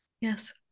Yes